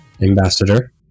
Ambassador